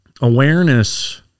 awareness